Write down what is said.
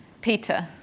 Peter